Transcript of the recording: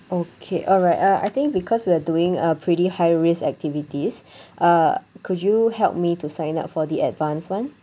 okay alright uh I think because we are doing uh pretty high risk activities uh could you help me to sign up for the advance one